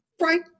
Right